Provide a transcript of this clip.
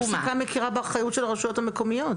הפסיקה מכירה באחריות של הרשויות המקומיות.